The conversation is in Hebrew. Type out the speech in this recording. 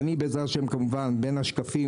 בין השקפים,